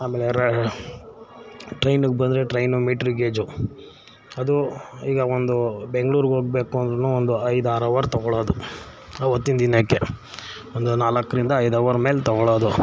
ಆಮೇಲೆ ರಾ ಟ್ರೈನಿಗೆ ಬಂದರೆ ಟ್ರೈನು ಮೀಟ್ರ್ ಗೇಜು ಅದು ಈಗ ಒಂದು ಬೆಂಗ್ಳೂರಿಗೆ ಹೋಗ್ಬೇಕು ಅಂದರೂನು ಐದು ಆರು ಅವರ್ ತಗೊಳ್ಳೋದು ಅವತ್ತಿನ ದಿನಕ್ಕೆ ಒಂದು ನಾಲ್ಕರಿಂದ ಐದು ಅವರ್ ಮೇಲೆ ತಗೊಳ್ಳೋದು